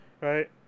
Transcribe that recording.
right